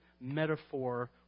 metaphor